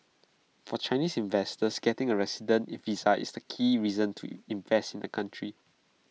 for Chinese investors getting A resident visa is the key reason to invest in the country